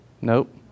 Nope